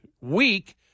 week